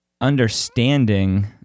understanding